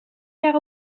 jaar